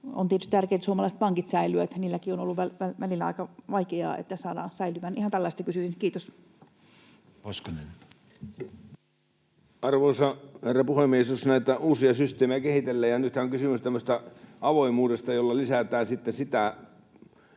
On tietysti tärkeää, että suomalaiset pankit säilyvät, niilläkin on ollut välillä aika vaikeaa, että ne saadaan säilymään. Ihan tällaista kysyisin. — Kiitos. Edustaja Hoskonen. Arvoisa herra puhemies! Jos näitä uusia systeemejä kehitellään, niin nythän on kysymys tämmöisestä avoimuudesta, jolla lisätään sitten